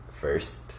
first